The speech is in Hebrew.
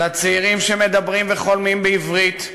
לצעירים שמדברים וחולמים בעברית,